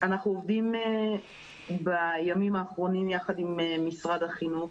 אנחנו עובדים בימים האחרונים ביחד עם משרד החינוך,